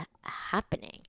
happening